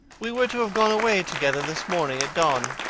we were to have gone away together this morning at dawn.